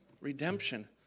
Redemption